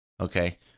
okay